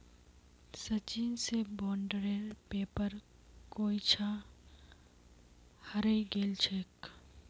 सचिन स बॉन्डेर पेपर कोई छा हरई गेल छेक